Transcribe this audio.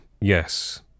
yes